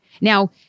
Now